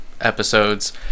episodes